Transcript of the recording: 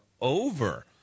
over